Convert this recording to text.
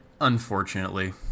Unfortunately